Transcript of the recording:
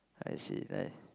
I see I